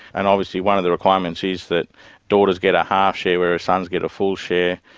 and obviously one of the requirements is that daughters get a half share whereas sons get a full share,